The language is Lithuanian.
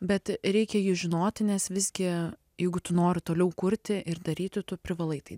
bet reikia jį žinoti nes visgi jeigu tu nori toliau kurti ir daryti tu privalai tai